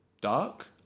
dark